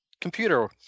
Computer